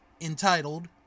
entitled